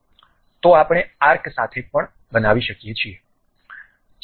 તો આપણે આર્ક સાથે પણ બનાવી શકીએ છીએ